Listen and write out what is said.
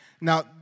Now